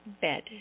bed